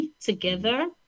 together